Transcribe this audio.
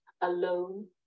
alone